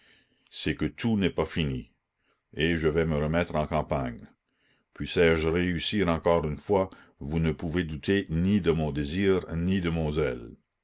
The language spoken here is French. c'est que tout n'est pas fini et je vais me remettre en campagne puissè je réussir encore une fois vous ne pouvez douter ni de mon désir ni de